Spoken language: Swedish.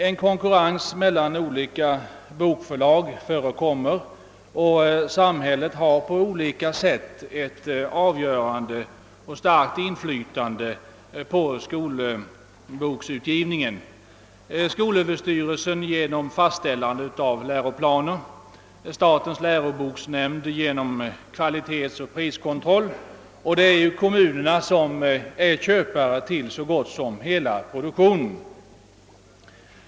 En konkurrens mellan olika bokförlag förekommer, och samhället har på olika sätt ett avgörande inflytande på skolboksutgivningen: skolöver styrelsen har inflytande genom att den fastställer läroplanerna och statens läroboksnämnd har inflytande genom sin kvalitetsoch priskontroll. Och det är ju kommunerna som är köpare av så gott som hela produktionen.